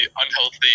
unhealthy